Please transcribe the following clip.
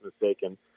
mistaken